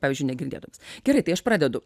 pavyzdžiui negirdėtomis gerai tai aš pradedu